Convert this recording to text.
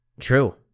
true